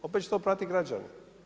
Opet će to platiti građani.